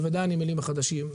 ובוודאי הנמלים החדשים.